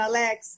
Alex